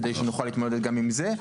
כדי שנוכל להתמודד גם עם זה.